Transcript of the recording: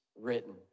written